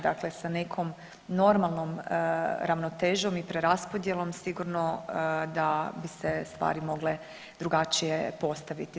Dakle, sa nekom normalnom ravnotežom i preraspodjelom sigurno da bi se stvari mogle drugačije postaviti.